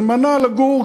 הזמנה לגור,